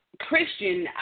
Christian